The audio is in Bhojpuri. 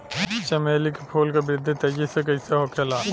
चमेली क फूल क वृद्धि तेजी से कईसे होखेला?